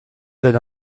that